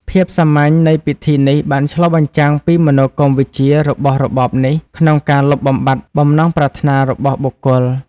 ភាពសាមញ្ញនៃពិធីនេះបានឆ្លុះបញ្ចាំងពីមនោគមវិជ្ជារបស់របបនេះក្នុងការលុបបំបាត់បំណងប្រាថ្នារបស់បុគ្គល។